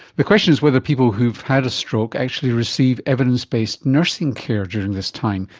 the question is whether people who've had a stroke actually receive evidence-based nursing care during this time,